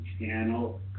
channel